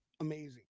amazing